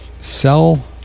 sell